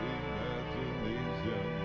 imagination